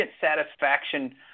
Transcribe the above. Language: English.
Satisfaction